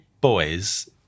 boys